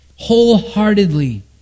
Wholeheartedly